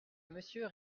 monsieur